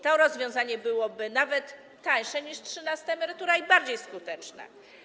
To rozwiązanie byłoby nawet tańsze niż trzynasta emerytura i bardziej skuteczna.